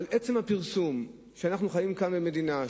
אבל עצם הפרסום שאנחנו חיים כאן במדינה,